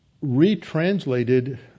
retranslated